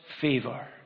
favor